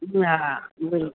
हा बिल